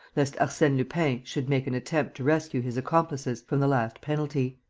lest arsene lupin should make an attempt to rescue his accomplices from the last penalty.